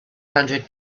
hundred